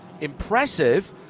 impressive